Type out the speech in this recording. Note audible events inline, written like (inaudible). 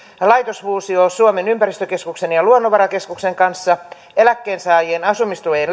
laitosfuusio suomen ympäristökeskuksen ja suomen luonnonvarakeskuksen kanssa eläkkeensaajien asumistuen (unintelligible)